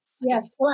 Yes